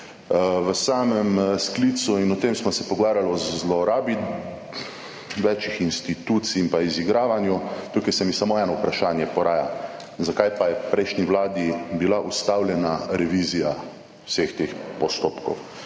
V samem sklicu in o tem smo se pogovarjali, o zlorabi več institucij in pa izigravanju. Tukaj se mi samo eno vprašanje poraja, zakaj pa je v prejšnji Vladi bila ustavljena revizija vseh teh postopkov?